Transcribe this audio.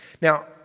Now